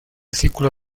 círculo